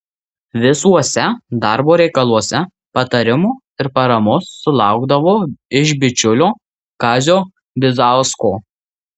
visuose darbo reikaluose patarimo ir paramos sulaukdavo iš bičiulio kazio bizausko